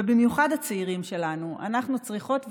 ובמיוחד הצעירים שלנו, אנחנו צריכות וצריכים,